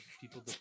people